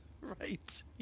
Right